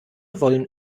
wollen